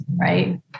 Right